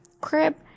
crib